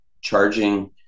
charging